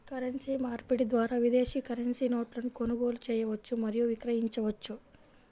currency మార్పిడి ద్వారా విదేశీ కరెన్సీ నోట్లను కొనుగోలు చేయవచ్చు మరియు విక్రయించవచ్చు